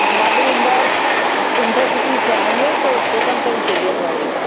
गाड़ी इंदौर इंटरसिटी से आएंगे तो इस्टेसन पर ही चाहिए गाड़ी